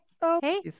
hey